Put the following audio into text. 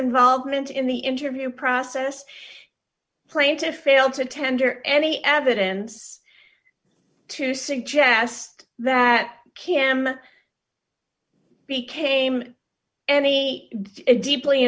involvement in the interview process plaintiffs fail to tender any evidence to suggest that cam became any deeply